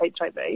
HIV